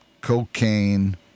cocaine